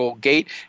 Gate